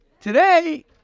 Today